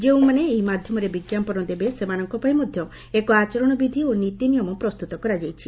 ଯେଉଁମାନେ ଏହି ମାଧ୍ୟମରେ ବିଜ୍ଞାପନ ଦେବେ ସେମାନଙ୍କ ପାଇଁ ମଧ୍ୟ ଏକ ଆଚରଣ ବିଧି ଓ ନୀତି ନିୟମ ପ୍ରସ୍ତୁତ କରାଯାଇଛି